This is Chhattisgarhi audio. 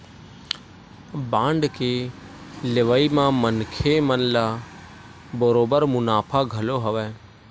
बांड के लेवई म मनखे मन ल बरोबर मुनाफा घलो हवय